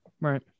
Right